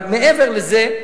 אבל מעבר לזה,